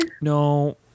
no